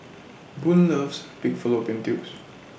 Boone loves Pig Fallopian Tubes